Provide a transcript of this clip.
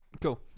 cool